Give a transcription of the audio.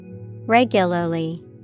Regularly